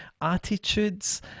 attitudes